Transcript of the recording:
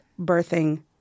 birthing